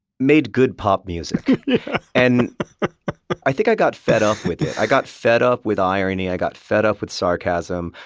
made good pop music and i think i got fed up with it. i got fed up with irony. i got fed up with sarcasm.